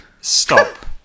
Stop